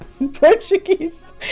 Portuguese